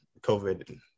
COVID